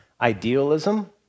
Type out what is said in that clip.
idealism